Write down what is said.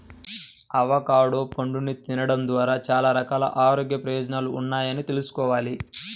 avocado పండుని తినడం ద్వారా చాలా రకాల ఆరోగ్య ప్రయోజనాలున్నాయని తెల్సుకోవాలి